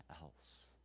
else